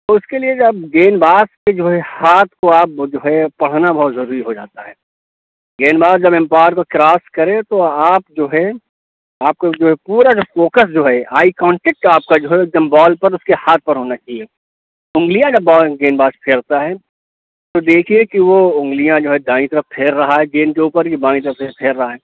تو اِس کے لیے جو آپ گیند باز کے جو ہے ہاتھ کو آپ جو ہے پڑھنا بہت ضروری ہو جا تا ہے گیند باز جب امپائر کو کراس کرے تو آپ جو ہے آپ کو جو ہے پورا جو فوکس جو ہے آئی کانٹیکٹ آپ کا جو ہے ایک دم بال پر اُس کے ہاتھ پر ہونا چاہیے انگلیاں جب بال گیند باز پھیرتا ہے تو دیکھیے کہ وہ انگلیاں جو ہے دائیں طرف پھیر رہا ہے گیند کے اوپر کہ بائیں طرف پھیر رہا ہے